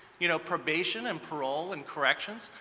you know probation and parole and corrections,